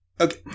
Okay